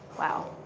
wow.